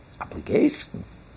obligations